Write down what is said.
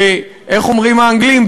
איך אומרים האנגלים?